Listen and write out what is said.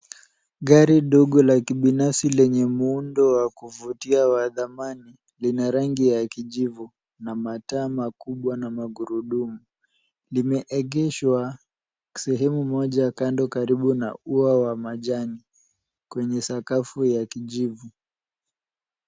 Gari dogo la kibinafsi lenye muundo wa kuvutia wa dhamani. Lina rangi ya kijivu na mataa makubwa na magurudumu. Limeegeshwa sehemu moja kando karibu na ua wa majani kwenye sakafu ya kijivu.